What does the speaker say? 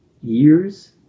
years